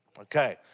Okay